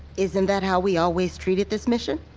isn't that how we always treated this mission?